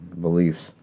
beliefs